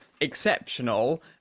exceptional